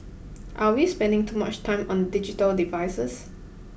are we spending too much time on digital devices